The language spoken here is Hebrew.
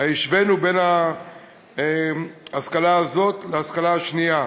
השווינו את ההשכלה הזאת להשכלה השנייה.